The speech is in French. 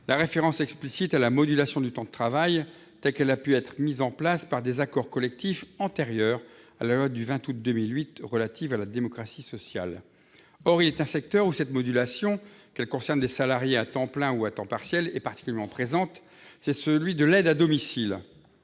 la référence explicite à la modulation du temps de travail, telle qu'elle a pu être mise en place par des accords collectifs antérieurs à la loi du 20 août 2008 portant rénovation de la démocratie sociale et réforme du temps de travail. Or il est un secteur où cette modulation, qu'elle concerne des salariés à temps plein ou des salariés à temps partiel, est particulièrement présente ; c'est celui de l'aide à domicile.